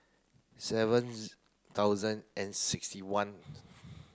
seven thousand and sixty one